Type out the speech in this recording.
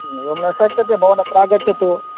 एवं न शक्यते भवान् अत्र आगच्छतु